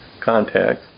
contact